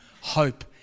hope